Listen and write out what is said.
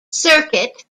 circuit